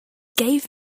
gave